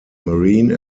marine